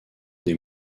des